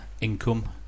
income